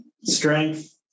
strength